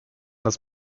das